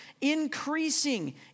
increasing